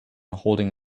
holding